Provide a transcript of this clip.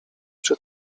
przy